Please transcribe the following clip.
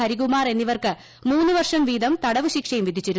ഹരികുമാർ എന്നിവർക്ക് മൂന്ന് വർഷം വീതം തടവുശിക്ഷയും വിധിച്ചു